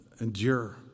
Endure